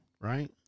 right